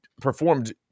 performed